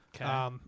Okay